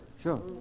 sure